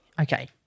okay